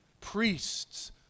priests